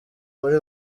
muri